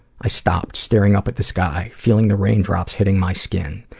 i stopped, staring up at the sky, feeling the raindrops hitting my skin.